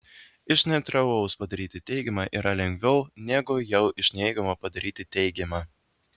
iš neutralaus padaryti teigiamą yra lengviau negu jau iš neigiamo padaryti teigiamą